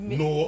no